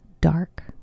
dark